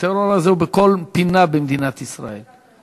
הטרור הזה הוא בכל פינה במדינת ישראל.